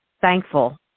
thankful